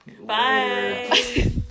Bye